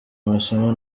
amasomo